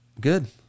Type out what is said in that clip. Good